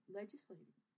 legislating